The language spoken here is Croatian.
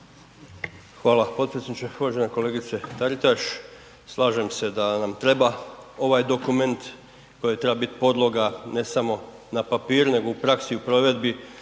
Hvala potpredsjedniče. Uvažena kolegice Taritaš slažem se da nam ovaj dokument koji treba biti podloga ne samo na papiru nego u praksi i u provedbi